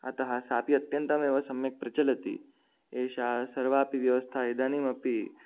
अतः सा अपि अत्यन्तमेव सम्यक् प्रचलति एषा सर्वापि व्यवस्था इदानीमपि